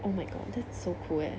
oh my god that's so cool eh